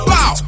Bow